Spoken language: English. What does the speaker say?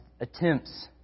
attempts